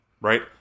Right